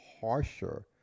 harsher